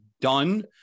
done